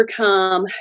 overcome